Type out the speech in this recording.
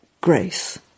grace